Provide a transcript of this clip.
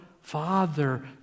father